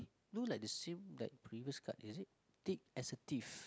look like the same like previous card is it thick as a thief